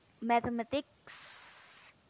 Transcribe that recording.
mathematics